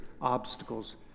obstacles